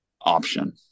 option